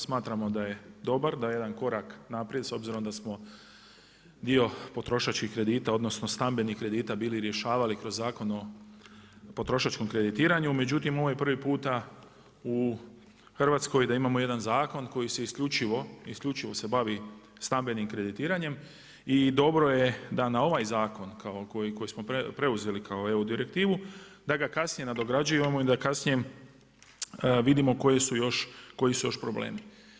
Smatramo da je dobar, da je jedan korak naprijed s obzirom da smo dio potrošačkih kredita odnosno stambenih kredita bili rješavali kroz Zakon o potrošačkom kreditiranju, međutim ovo je prvi puta u Hrvatskoj, da imamo jedan zakon koji se isključivo se bavi stambenim kreditiranjem, i dobro je dan a ovaj zakon koji smo preuzeli kao EU direktivu, da ga kasnije nadograđivamo i da kasnije vidimo koji su još problemi.